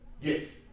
Yes